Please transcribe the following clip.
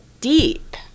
deep